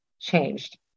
changed